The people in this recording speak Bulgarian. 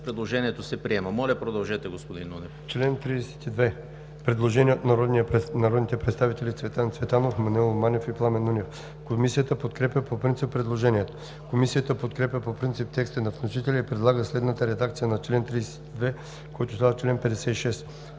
Предложението се приема. Моля, продължете, господин Нунев.